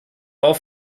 auf